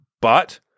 But-